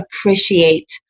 appreciate